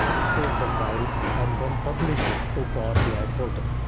save the file and then publish it to power bi portal.